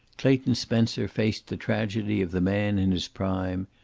clayton spencer faced the tragedy of the man in his prime,